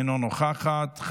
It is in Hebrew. אינה נוכחת,